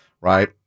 right